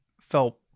felt